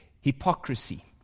hypocrisy